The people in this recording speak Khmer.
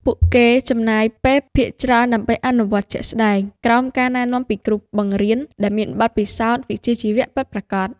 ពួកគេចំណាយពេលភាគច្រើនដើម្បីអនុវត្តជំនាញជាក់ស្តែង ក្រោមការណែនាំពីគ្រូបង្រៀនដែលមានបទពិសោធន៍វិជ្ជាជីវៈពិតប្រាកដ។